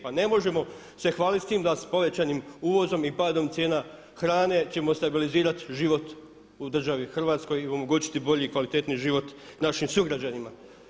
Pa ne možemo se hvaliti s time da s povećanim uvozom i padom cijena hrane ćemo stabilizirati život u državi Hrvatskoj i omogućiti bolji i kvalitetniji život našim sugrađanima.